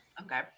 Okay